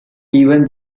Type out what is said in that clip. even